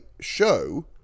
show